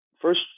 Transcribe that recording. first